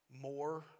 more